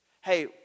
hey